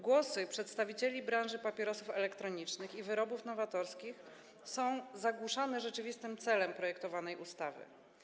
Głosy przedstawicieli branży papierosów elektronicznych i wyrobów nowatorskich są zagłuszane rzeczywistym celem projektowanej ustawy.